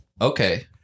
Okay